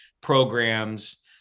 programs